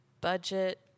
budget